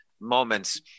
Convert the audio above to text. moments